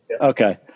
okay